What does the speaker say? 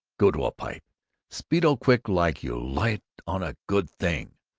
go to a pipe speed-o-quick like you light on a good thing!